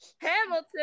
Hamilton